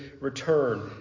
return